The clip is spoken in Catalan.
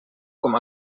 com